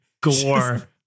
Gore